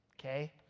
okay